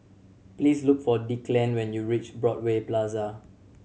please look for Declan when you reach Broadway Plaza